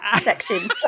section